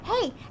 hey